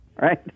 right